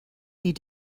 need